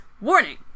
Warning